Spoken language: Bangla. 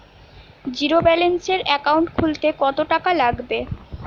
জিরোব্যেলেন্সের একাউন্ট খুলতে কত টাকা লাগবে?